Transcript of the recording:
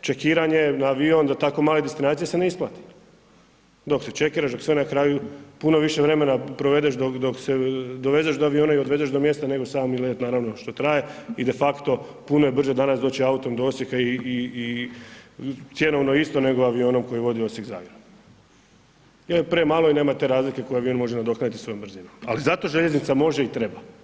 čekiranje na avion za tako male destinacije se ne isplati, dok se čekiraš, dok sve na kraju, puno više vremena provedeš dok se dovezeš do aviona i odvezeš do mjesta, nego sami let, naravno, što traje i defakto puno je brže danas doći autom do Osijeka cjenovno isto nego avionom koji vozi Osijek-Zagreb jer premalo je i nema te razlike koju avion može nadoknaditi svojom brzinom, ali zato željeznica može i treba.